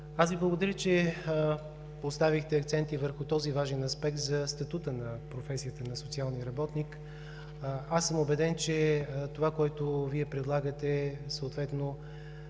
Жекова, благодаря Ви, че поставихте акценти върху този важен аспект – статутът на професията на социалния работник. Аз съм убеден, че с това, което Вие предлагате, съответно